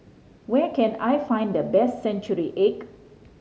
where can I find the best century egg